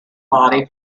body